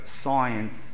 science